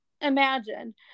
imagine